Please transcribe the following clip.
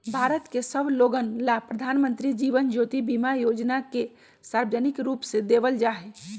भारत के सब लोगन ला प्रधानमंत्री जीवन ज्योति बीमा योजना के सार्वजनिक रूप से देवल जाहई